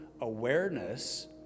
awareness